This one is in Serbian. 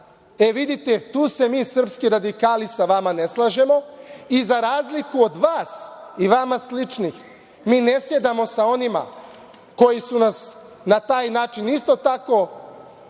zakone. Vidite, tu se mi srpski radikali sa vama ne slažemo i za razliku od vas i vama sličnih, mi ne sedamo sa onima koji su nas na taj način isto tako